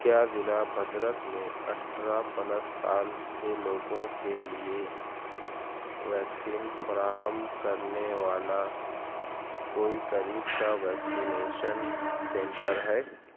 کیا ضلع بھدرک میں اٹھارہ پلس سال کے لوگوں کے لیے ویکسین فراہم کرنے والا کوئی قریب کا ویکسینیشن سنٹر ہے